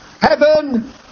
Heaven